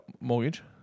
mortgage